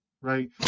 right